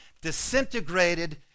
disintegrated